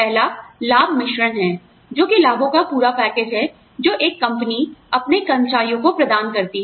पहला लाभ मिश्रण है जो कि लाभों का पूरा पैकेज है जो एक कंपनी अपने कर्मचारियों को प्रदान करती है